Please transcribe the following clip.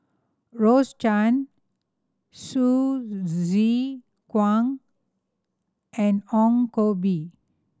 Rose Chan Hsu Tse Kwang and Ong Koh Bee